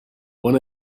when